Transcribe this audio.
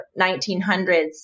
1900s